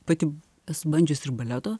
pati esu bandžius ir baleto